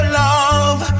love